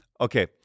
Okay